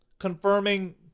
Confirming